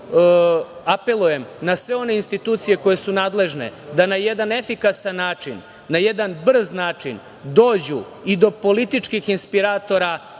toga apelujem na sve one institucije koje su nadležne da na jedan efikasan način, na jedan brz način dođu i do političkih inspiratora